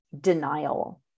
denial